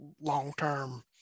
long-term